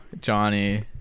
Johnny